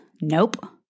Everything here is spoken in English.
Nope